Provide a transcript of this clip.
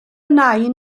nain